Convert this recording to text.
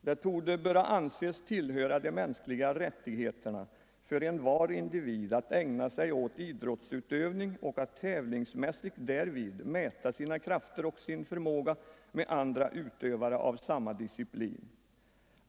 ”Det torde böra anses tillhöra de mänskliga rättigheterna för envar individ att ägna sig åt idrottsutövning och att tävlingsmässigt därvid mäta sina krafter och sin förmåga med andra utövare av samma disciplin.